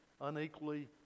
unequally